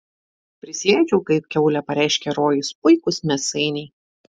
prisiėdžiau kaip kiaulė pareiškė rojus puikūs mėsainiai